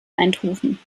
eindhoven